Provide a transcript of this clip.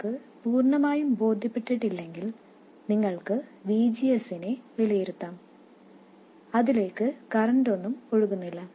നിങ്ങൾക്ക് പൂർണ്ണമായും ബോധ്യപ്പെട്ടിട്ടില്ലെങ്കിൽ നിങ്ങൾക്ക് VGS നെ വിലയിരുത്താം അതിലേക്ക് കറന്റൊന്നും ഒഴുകുന്നില്ല